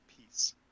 peace